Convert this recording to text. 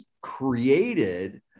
created